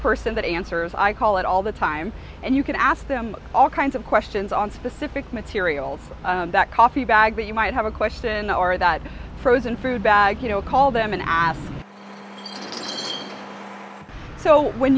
person that answers i call it all the time and you can ask them all kinds of questions on specific materials that coffee bag that you might have a question or that frozen food bag you know call them and ask so when